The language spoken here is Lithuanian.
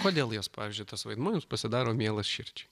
kodėl jos pavyzdžiui tas vaidmuo jums pasidaro mielas širdžiai